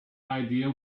idea